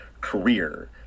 career